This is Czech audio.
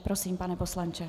Prosím, pane poslanče.